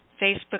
Facebook